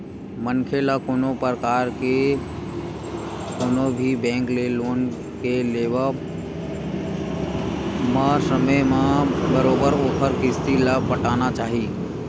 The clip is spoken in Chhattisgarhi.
मनखे ल कोनो परकार के कोनो भी बेंक ले लोन के लेवब म समे म बरोबर ओखर किस्ती ल पटाना चाही